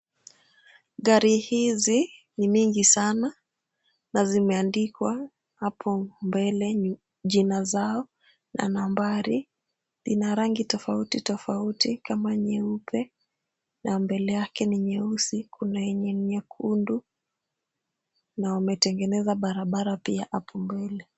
Gari hizi ni mingi sana na zimeandikwa hapo mbele jina zao na nambari. Ina rangi tofauti tofauti kama nyeupe na mbele yake ni nyeusi. Kuna yenye ni nyekundu na wametengeneza barabara pia hapo mbele.